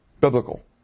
biblical